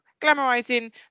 glamorizing